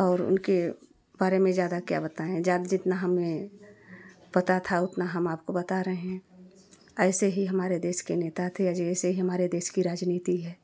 और उनके बारे में ज़्यादा क्या बताएँ ज़्यादा जितना हमें पता था उतना हम आपको बता रहे हैं ऐसे ही हमारे देश के नेता थे आज ऐसे ही हमारे देश की राजनीति है